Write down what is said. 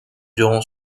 durant